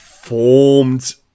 Formed